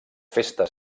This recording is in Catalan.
festes